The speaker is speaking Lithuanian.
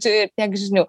čia ir tiek žinių